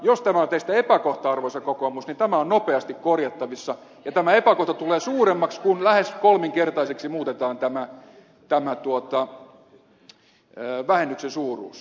jos tämä on teistä epäkohta arvoisa kokoomus niin tämä on nopeasti korjattavissa ja tämä epäkohta tulee suuremmaksi kun lähes kolminkertaiseksi muutetaan tämä vähennyksen suuruus